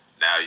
now